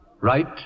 Right